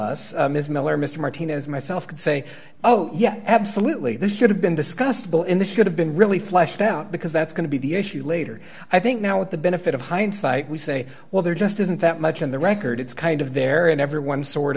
of us ms miller mr martinez myself could say oh yeah absolutely this should have been discussed bill in the should have been really fleshed out because that's going to be the issue later i think now with the benefit of hindsight we say well there just isn't that much in the record it's kind of there and everyone sort